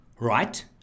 right